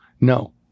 no